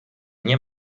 nie